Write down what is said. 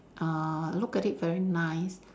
uh look at it very nice